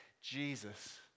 Jesus